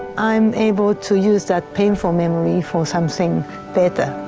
i'm able to use that painful memory for something better.